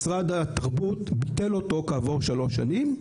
משרד התרבות ביטל אותו כעבור שלוש שנים,